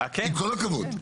עם כל הכבוד,